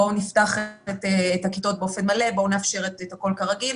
בואו נפתח את הכיתות באופן מלא ובואו ונאפשר את הכול כרגיל.